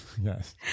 Yes